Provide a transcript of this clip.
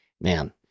man